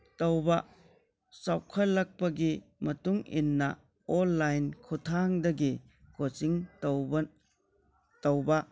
ꯇꯧꯕ ꯆꯥꯎꯈꯠꯂꯛꯄꯒꯤ ꯃꯇꯨꯡꯏꯟꯅ ꯑꯣꯟꯂꯥꯏꯟ ꯈꯨꯊꯥꯡꯗꯒꯤ ꯀꯣꯆꯤꯡ ꯇꯧꯕ